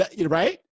right